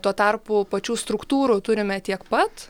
tuo tarpu pačių struktūrų turime tiek pat